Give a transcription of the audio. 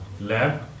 lab